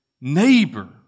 neighbor